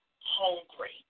hungry